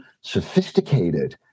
sophisticated